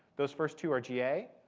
those first two are ga.